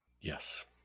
Yes